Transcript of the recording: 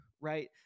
right